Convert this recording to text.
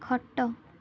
ଖଟ